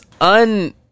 un